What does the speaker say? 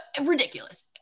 ridiculous